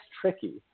tricky